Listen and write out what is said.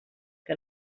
que